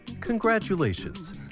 Congratulations